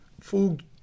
Food